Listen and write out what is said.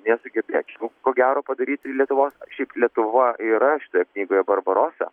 nesugebėčiau ko gero padaryti lietuvos šiaip lietuva yra toje knygoje barbarosa